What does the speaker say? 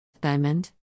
Diamond